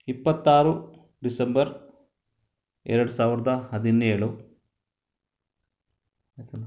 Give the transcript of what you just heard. ಇಪ್ಪತ್ತಾರು ಡಿಸೆಂಬರ್ ಎರಡು ಸಾವಿರದ ಹದಿನೇಳು ಆಯಿತಲ್ಲ